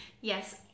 Yes